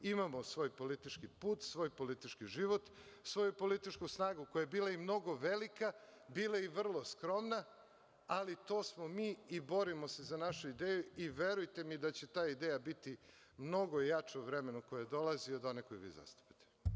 Imamo svoj politički put, svoj politički život, svoju političku snagu koja je bila i mnogo velika, bila i vrlo skromna, ali to smo mi i borimo se za naše ideje i verujte mi da će ta ideja biti mnogo jača u vremenu koje dolazi od one koju vi zastupate.